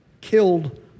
killed